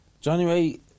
January